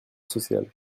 social